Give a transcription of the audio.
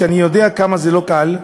ואני יודע כמה זה לא קל,